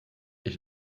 ich